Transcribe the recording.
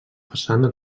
façana